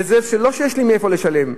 וזה לא שיש לי מאיפה לשלם.